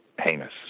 heinous